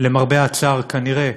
למרבה הצער, כנראה,